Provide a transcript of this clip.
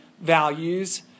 values